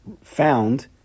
found